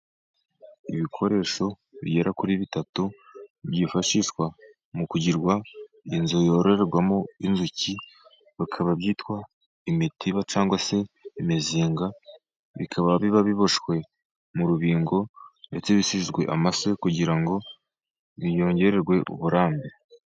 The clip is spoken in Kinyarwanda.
Ibikoresho bigera kuri bitatu, byifashishwa mu kugirwa inzu yororerwamo inzuki, bikaba byitwa imitiba cyangwa se imizinga, bikaba biba biboshywe mu rubingo ndetse bisizwe amase, kugira ngo byongererwe uburambe.